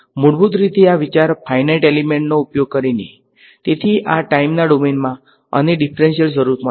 મૂળભૂત રીતે આ વિચાર ફાઈનાઈટ એલીમેંટ્નો ઉપયોગ કરીને તેથી આ ટાઈમના ડોમેનમાં અને ડીફરંશીયલ સ્વરૂપમાં છે